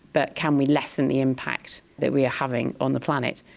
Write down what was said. but can we lessen the impact that we are having on the planet?